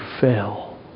fail